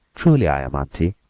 truly i am, auntie!